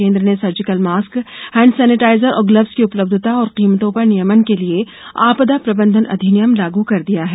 केन्द्र ने surgical mask sanitizer और ग्लव्स की उपलब्धता और कीमतों पर नियमन के लिए आपदा प्रबंधन हैण्ड अधिनियम लागू कर दिया है